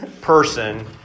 person